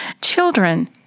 Children